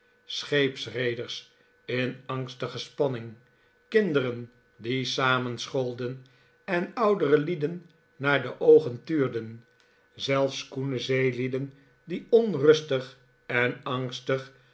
scheepsreeders in angstige spanning kindereh die samenschoolden en oudere lieden naar de oogen tuurden zelfs koene zeelieden die onrustig en angstig